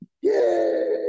yay